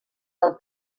del